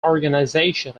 organization